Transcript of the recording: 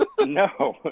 No